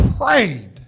prayed